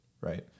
right